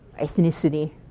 ethnicity